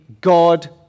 God